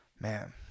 man